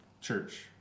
church